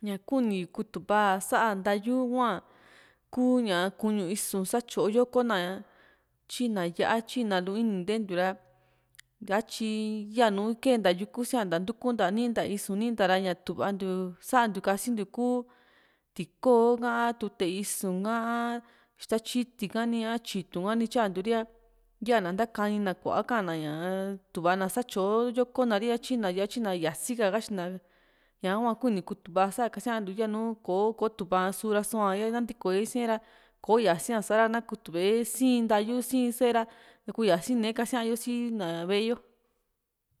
ña kuni kutuva sa´a ntayu kua kuu ku´ñu isu satyo yoko´na ña tyiina yá´a tyinalu ini nteentiu ra hatyi yaa´nu kenta yuku sian´ta ntukunta niinta isu nin ta ra ña tuvantiu santiu kasintiu kuu tikoo a tute isu´n ka ha ixta tyiti kani a tyitu´n ni tyantiuri´a yana ntakanina kua ka´an na ñaa tuvaa na satyo yoko na ri ra tyina yá´a tyina ra yasi ka katyina ra ñahua kuni kutuva sa´a kasiantiu yaa nùù kotu´va sura su sua nantiko yo isiaera kò´o yasi´a sa´ra na kutuva´e sii ntayu sii sá´e ra kuu yane kasiaa yo si na ve´e yo